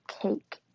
cake